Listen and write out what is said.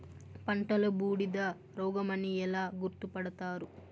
పంటలో బూడిద రోగమని ఎలా గుర్తుపడతారు?